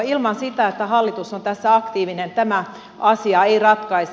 ilman sitä että hallitus on tässä aktiivinen tämä asia ei ratkea